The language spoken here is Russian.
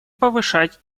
повышать